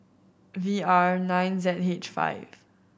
V R nine Z H five